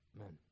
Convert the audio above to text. amen